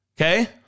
Okay